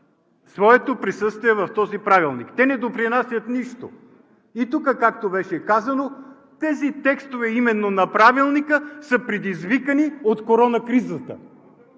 своето присъствие в този правилник. Те не допринасят нищо. Беше казано тук, че именно тези текстове на Правилника са предизвикани от корона кризата,